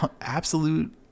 absolute